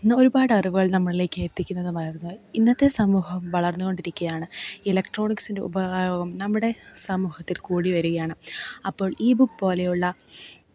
എന്ന ഒരുപാടറിവുകള് നമ്മളിലേക്ക് എത്തിക്കുന്നതുമായിരുന്നു ഇന്നത്തെ സമൂഹം വളര്ന്നു കൊണ്ടിരിക്കുകയാണ് ഇലക്ട്രോണിക്സിൻന്റെ ഉപയോഗം നമ്മുടെ സമൂഹത്തില് കൂടി വരികയാണ് അപ്പോള് ഈ ബുക്ക് പോലെയുള്ള